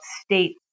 state